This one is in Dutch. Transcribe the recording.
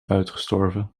uitgestorven